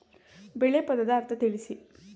ಬೆಳೆ ಪದದ ಅರ್ಥ ತಿಳಿಸಿ?